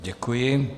Děkuji.